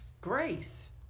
Grace